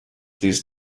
these